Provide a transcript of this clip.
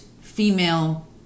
female